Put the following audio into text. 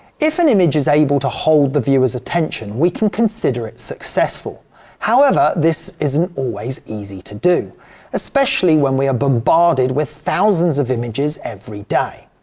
if an image is able to hold the viewer's attention we can consider it successful however this isn't always easy to do especially when we are bombarded with thousands of images every day.